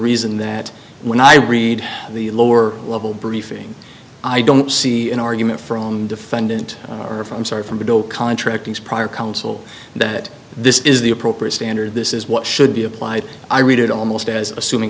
reason that when i read the lower level briefing i don't see an argument from defendant or from sorry from the contractors prior counsel that this is the appropriate standard this is what should be applied i read it almost as assuming